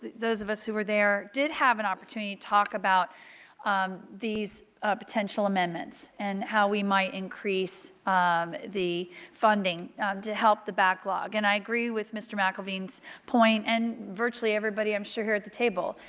those of us who were there, did have an opportunity to talk about these ah potential amendments and how we might increase um the funding to help the backlog. and i agree with mr. mcelveen's point and virtually everybody um here at the table.